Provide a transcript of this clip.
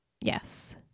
yes